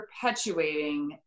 perpetuating